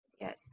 Yes